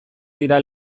dira